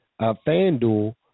FanDuel